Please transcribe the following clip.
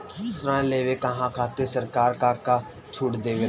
ऋण लेवे कहवा खातिर सरकार का का छूट देले बा?